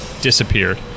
Disappeared